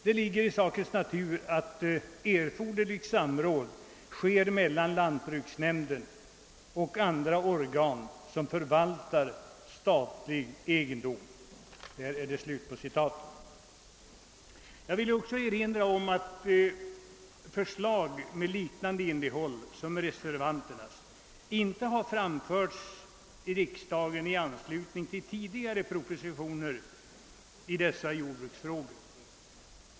Det ligger i sa kens natur att erforderligt samråd sker mellan lantbruksnämnden och andra organ som förvaltar statlig egendom.» Jag vill också erinra om att förslag med liknande innehåll som reservanternas inte har framförts i riksdagen i anslutning till tidigare propositioner i dessa jordbruksfrågor.